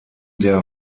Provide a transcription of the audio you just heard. der